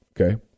okay